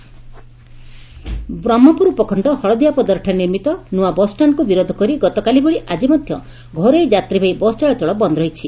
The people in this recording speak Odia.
ବସ୍ ଚଳାଚଳ ବନ୍ଦ ବ୍ରହ୍କପୁର ଉପକଶ୍ ହଳଦିଆପଦରଠାରେ ନିର୍ମିତ ନୂଆ ବସ୍ଷାଣ୍ଡକୁ ବିରୋଧ କରି ଗତକାଲି ଭଳି ଆକି ମଧ୍ଧ ଘରୋଇ ଯାତ୍ରୀବାହୀ ବସ୍ ଚଳାଚଳ ବନ୍ଦ ରହିଛି